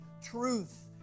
truth